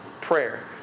prayer